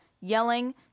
yelling